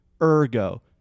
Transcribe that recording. ergo